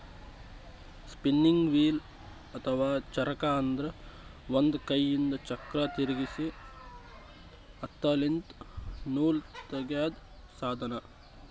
spinning wheel ಅಥವಾ ಚರಕ ಅಂದ್ರ ಒಂದ್ ಕೈಯಿಂದ್ ಚಕ್ರ್ ತಿರ್ಗಿಸಿ ಹತ್ತಿಲಿಂತ್ ನೂಲ್ ತಗ್ಯಾದ್ ಸಾಧನ